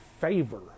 favor